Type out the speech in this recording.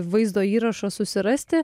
vaizdo įrašą susirasti